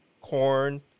Corn